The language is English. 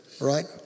right